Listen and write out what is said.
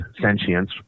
sentience